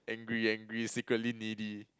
angry angry secretly needy